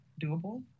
doable